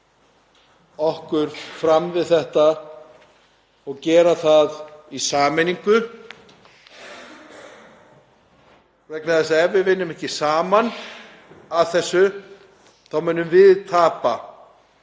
okkur fram við þetta og gera það í sameiningu vegna þess að ef við vinnum ekki saman að þessu munum við tapa